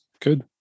Good